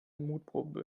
mutprobe